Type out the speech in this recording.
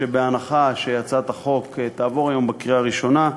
שבהנחה שהצעת החוק תעבור היום בקריאה הראשונה,